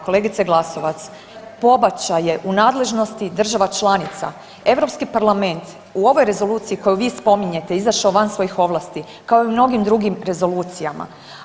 Kolegice Glasovac pobačaj je u nadležnosti država članica, Europski parlament u ovoj rezoluciji koju vi spominjete izašao van svojih ovlasti kao i u mnogim drugim rezolucijama.